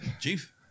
Chief